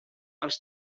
els